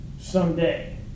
someday